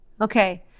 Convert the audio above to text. Okay